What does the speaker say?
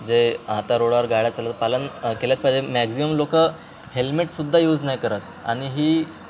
जे आता रोडावर गाड्या चालव पालन केलंच पाहिजे मॅक्झिमम लोक हेल्मेटसुद्धा यूज नाही करत आणि ही